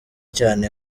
cyane